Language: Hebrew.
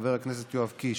חבר הכנסת יואב קיש,